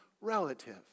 relative